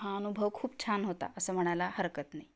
हा अनुभव खूप छान होता असं म्हणायला हरकत नाही